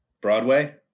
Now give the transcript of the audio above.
Broadway